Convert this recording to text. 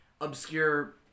obscure